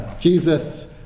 Jesus